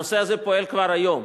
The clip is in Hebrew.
הנושא הזה פועל כבר היום,